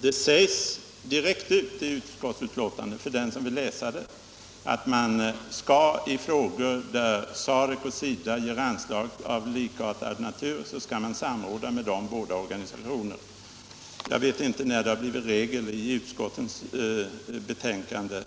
Det sägs direkt ut i utskottsbetänkandet för den som vill läsa att man i frågor där SAREC och SIDA ger anslag av likartad natur skall samråda med dessa båda organisationer. Jag vet inte när det har blivit regel här i riksdagen att i utskottsbetänkanden